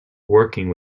working